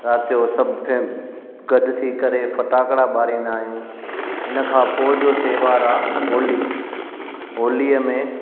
राति जो सभु गॾु थी करे ऐं फटाकड़ा ॿारींदा आहियूं इन खां पोइ जो त्योहार होली होलीअ में